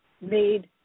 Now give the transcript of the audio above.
made